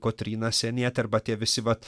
kotryna sienietė arba tie visi vat